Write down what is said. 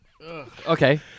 Okay